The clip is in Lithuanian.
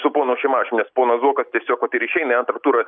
su ponu šimašium nes ponas zuokas tiesiog vat ir išeina į antrą turą